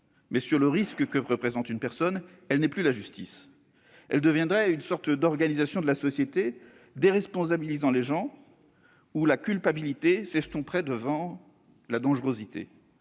mais sur le risque que représente une personne, elle n'est plus la justice : elle deviendrait une sorte d'organisation de la société déresponsabilisant les gens, où la culpabilité s'estomperait devant la dangerosité.